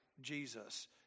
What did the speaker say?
Jesus